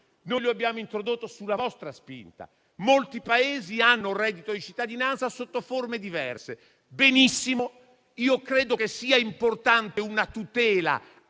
noi abbiamo introdotto sulla vostra spinta. Molti Paesi hanno un reddito di cittadinanza, sotto forme diverse. Benissimo: credo sia importante dare una tutela